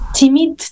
timid